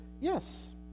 yes